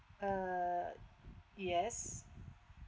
err yes